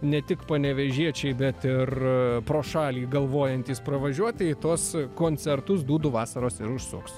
ne tik panevėžiečiai bet ir pro šalį galvojantys pravažiuoti į tuos koncertus dūdų vasaros ir užsuks